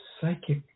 psychic